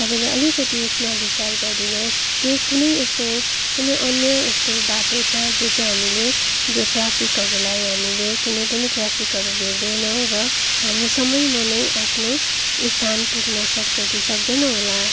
तपाईँले अलिकति यसमा विचार गरिदिनु होस् के कुनै यस्तो कुनै अन्य यस्तो बाटो छ जो चाहिँ हामीले जो ट्राफिकहरूलई हामीले कुनै पनि ट्राफिकहरू भेट्दैनौँ र हामी समयमा नै आफ्नो स्थान पुग्न सक्छौँ कि सक्दैनौँ होला